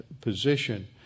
position